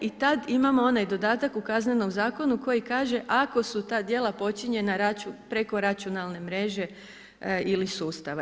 I tad imamo onaj dodatak u Kaznenom zakonu koji kaže, ako su ta djela počinjena preko računalne mreže ili sustava.